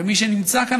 ומי שנמצא כאן,